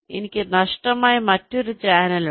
എനിക്ക് നഷ്ടമായ മറ്റൊരു ചാനൽ ഉണ്ട്